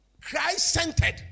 Christ-centered